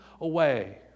away